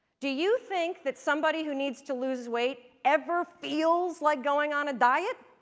do you think that somebody who needs to lose weight ever feels like going on a diet?